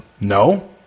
No